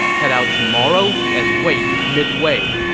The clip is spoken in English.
head out tomorrow and wait midway,